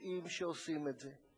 הפושעים שעושים את זה,